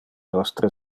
nostre